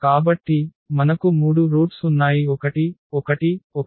కాబట్టి మనకు 3 రూట్స్ ఉన్నాయి 1 1 1